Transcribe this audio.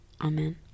amen